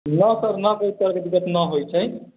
ने सर ने कोइ तरहके दिक्कत नहि होइ छै